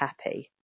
happy